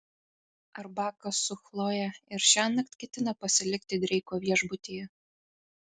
ar bakas su chloje ir šiąnakt ketina pasilikti dreiko viešbutyje